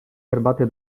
herbaty